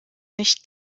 nicht